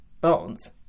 bones